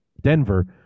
Denver